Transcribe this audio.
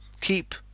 Keep